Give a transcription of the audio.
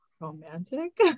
romantic